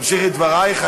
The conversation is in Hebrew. תמשיכי את דברייך,